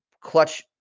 clutch